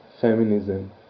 feminism